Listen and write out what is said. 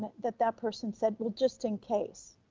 that that person said, well, just in case.